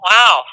Wow